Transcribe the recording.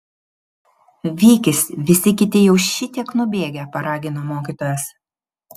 vykis visi kiti jau šitiek nubėgę paragino mokytojas